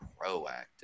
proactive